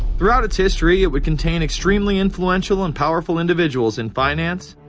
throughout its history it would contain extremely influential and powerful individuals in finance,